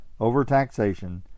overtaxation